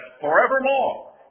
forevermore